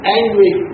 angry